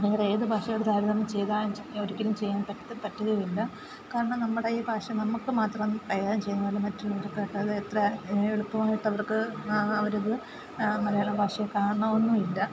വേറെയേത് ഭാഷയോട് താരതമ്യം ചെയ്താൽ ഒരിക്കലും ചെയ്യാൻ പറ്റത്തും പറ്റുകയില്ല കാരണം നമ്മുടെ ഈ ഭാഷ നമുക്ക് മാത്രം കൈകാര്യം ചെയ്യുന്നപോലെ മറ്റുള്ളവർക്ക് അതത്ര എളുപ്പമായിട്ട് അവർക്ക് അവരത് മലയാളം ഭാഷയെ കാണണമെന്നും ഇല്ല